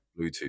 bluetooth